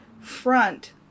front